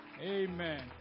Amen